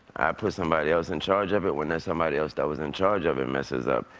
put somebody else in charge of it. when there's somebody else that was in charge of it messes up,